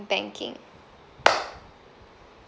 banking